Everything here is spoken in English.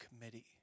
committee